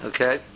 Okay